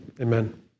Amen